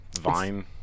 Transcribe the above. Vine